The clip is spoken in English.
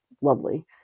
lovely